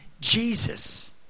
Jesus